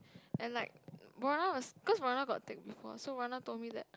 and like Wara was because Wara got take before so Wara told me that